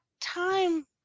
time